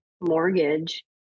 mortgage